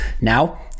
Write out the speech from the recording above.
Now